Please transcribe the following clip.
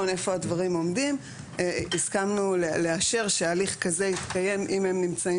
איפה הדברים עומדים הסכמנו לאשר שהליך כזה יתקיים כשהם נמצאים